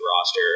roster